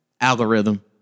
algorithm